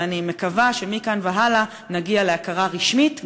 ואני מקווה שמכאן והלאה נגיע להכרה רשמית,